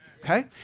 okay